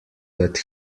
that